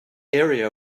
area